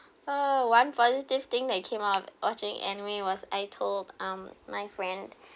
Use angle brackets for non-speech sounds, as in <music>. <breath> oh one positive thing that came out of watching anime was I told um my friend <breath>